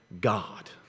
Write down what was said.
God